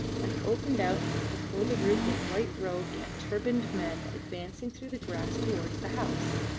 and opened out before the group of white-robed and turbaned men advancing through the grass towards the house.